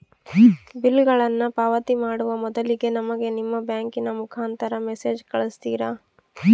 ಬಿಲ್ಲುಗಳನ್ನ ಪಾವತಿ ಮಾಡುವ ಮೊದಲಿಗೆ ನಮಗೆ ನಿಮ್ಮ ಬ್ಯಾಂಕಿನ ಮುಖಾಂತರ ಮೆಸೇಜ್ ಕಳಿಸ್ತಿರಾ?